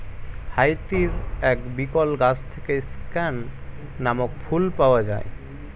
হাইতির এক বিরল গাছ থেকে স্ক্যান নামক ফুল পাওয়া যায়